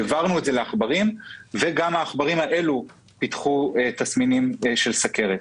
העברנו את זה לעכברים וגם העכברים האלה פיתחו תסמינים של סוכרת.